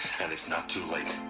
and it's not too late.